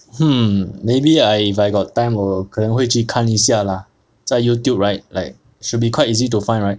hmm maybe I if I got time 我可能会去看一下 lah 在 YouTube right like should be quite easy to find right